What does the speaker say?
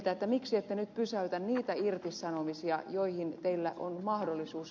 miksi ette nyt pysäytä niitä irtisanomisia joihin teillä on mahdollisuus